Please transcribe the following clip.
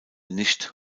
nicht